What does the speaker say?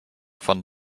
von